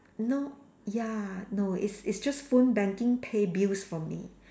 no ya no it's it's just phone banking pay bills for me